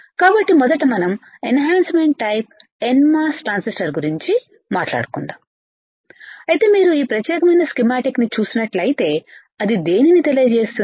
కాబట్టి మొదట మనం enhancement type n MOS transistor గురించిమాట్లాడుకుందాం అయితే మీరు ఈ ప్రత్యేకమైన స్కీమాటిక్ ని చూసినట్లయితే అది దేనిని తెలియజేస్తుంది